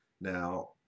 Now